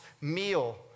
meal